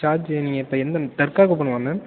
charge நீங்கள் இப்போ எந்த தர்க்காவுக்கு போகணுமா மேம்